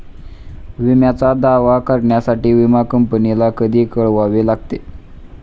विम्याचा दावा करण्यासाठी विमा कंपनीला कधी कळवावे लागते?